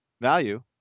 value